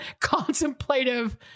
contemplative